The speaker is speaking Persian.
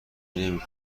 نمی